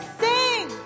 sing